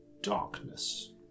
...darkness